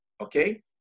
okay